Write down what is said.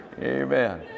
Amen